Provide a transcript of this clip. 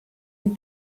and